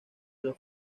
los